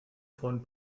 von